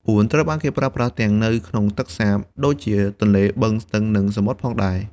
អួនត្រូវបានគេប្រើប្រាស់ទាំងនៅក្នុងទឹកសាប ដូចជាទន្លេ បឹង ស្ទឹង និងសមុទ្រផងដែរ។